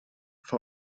vor